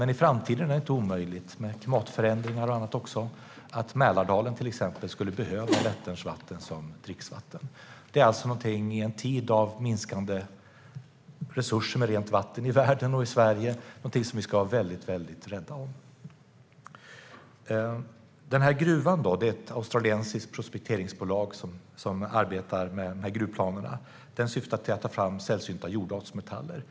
I framtiden är det inte omöjligt med tanke på klimatförändringar och annat att också Mälardalen skulle behöva hämta dricksvatten ur Vättern. I en tid med minskande resurser med rent vatten i världen och i Sverige är detta någonting som vi ska vara väldigt rädda om. Det är ett australiskt prospekteringsbolag som arbetar med gruvplanerna som syftar till att ta fram sällsynta jordartsmetaller.